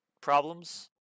problems